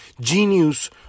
genius